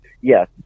Yes